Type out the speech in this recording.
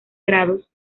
grados